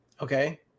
Okay